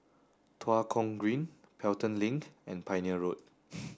Tua Kong Green Pelton Link and Pioneer Road